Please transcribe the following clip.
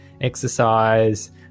exercise